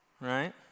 Right